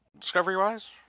Discovery-wise